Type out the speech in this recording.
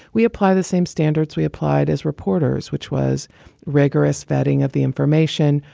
we apply the same standards we applied as reporters, which was rigorous vetting of the information,